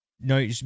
No